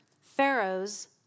Pharaoh's